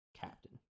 Captain